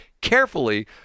carefully